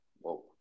Whoa